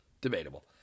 Debatable